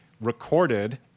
recorded